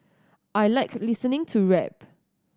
I like listening to rap